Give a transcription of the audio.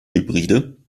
hybride